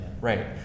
Right